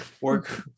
Work